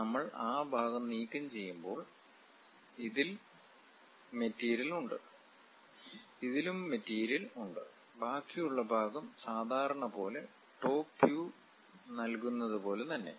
നമ്മൾ ആ ഭാഗം നീക്കംചെയ്യുമ്പോൾ ഇതിൽ മെറ്റീരിയൽ ഉണ്ട് ഇതിലും മെറ്റീരിയൽ ഉണ്ട് ബാക്കിയുള്ള ഭാഗം സാധാരണ പോലെ ടോപ്പ് വ്യൂ നൽകുന്നതുപോലെ തന്നെ